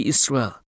Israel